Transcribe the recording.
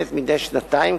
הנבחנת מדי שנתיים,